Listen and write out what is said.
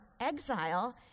exile